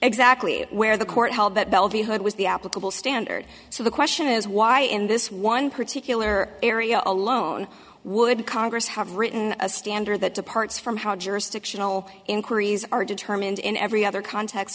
exactly where the court held that bell be heard was the applicable standard so the question is why in this one particular area alone would congress have written a standard that departs from how jurisdictional inquiries are determined in every other cont